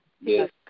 Yes